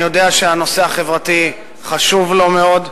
אני יודע שהנושא החברתי חשוב לו מאוד,